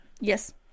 Yes